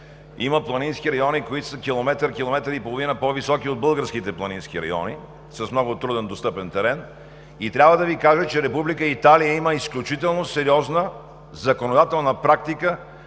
има планински райони, които са километър – километър и половина по-високи от българските планински райони и с много труднодостъпен терен, и трябва да Ви кажа, че Република Италия има изключително сериозна законодателна практика